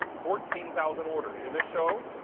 fourteen thousand ordered. in this show,